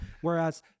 whereas